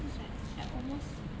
that's like I almost